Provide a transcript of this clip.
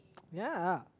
ya